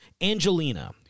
Angelina